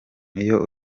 iyo